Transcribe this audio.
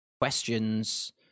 questions